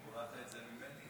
הורדת את זה ממני?